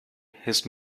his